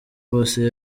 bose